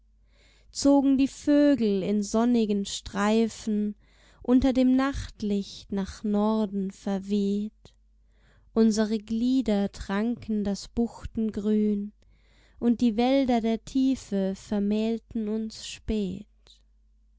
zogen die vögel in sonnigen streifen unter dem nachtlicht nach norden verweht unsere glieder tranken das buchtengrün und die wälder der tiefe vermählten uns spät